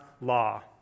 law